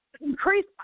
Increase